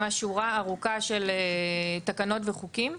ממש שורה ארוכה של תקנות וחוקים,